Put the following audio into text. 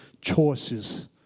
Choices